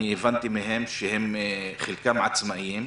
אני הבנתי מהם שחלקם עצמאים,